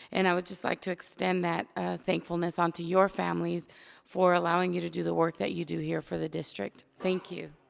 and i would just like to extend that thankfulness onto your families for allowing you to do the work that you do here for the district, thank you.